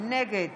נגד